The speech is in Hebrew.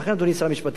אני אומר את זה בצער,